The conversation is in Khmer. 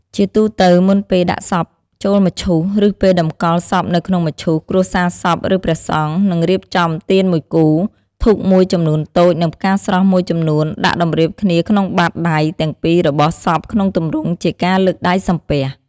ជាទូទៅ មុនពេលដាក់សពចូលមឈូស ឬពេលតម្កល់សពនៅក្នុងមឈូស គ្រួសារសព ឬព្រះសង្ឃ នឹងរៀបចំ ទៀនមួយគូ ធូបមួយចំនួនតូច និង ផ្កាស្រស់មួយចំនួន ដាក់តម្រៀបគ្នាក្នុងបាតដៃទាំងពីររបស់សពក្នុងទម្រង់ជាការលើកដៃសំពះ។